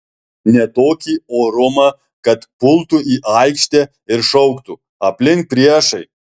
ne tokį orumą kad pultų į aikštę ir šauktų aplink priešai